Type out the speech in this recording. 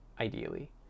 Ideally